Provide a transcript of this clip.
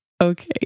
Okay